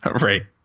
right